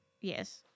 Yes